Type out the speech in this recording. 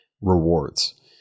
rewards